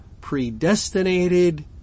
predestinated